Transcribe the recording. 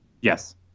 Yes